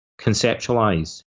conceptualize